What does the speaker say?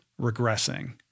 regressing